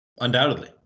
Undoubtedly